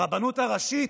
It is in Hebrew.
הרבנות הראשית,